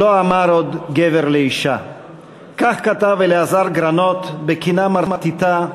לא אמר עוד גבר לאישה"; כך כתב אלעזר גרנות בקינה מרטיטה,